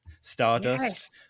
Stardust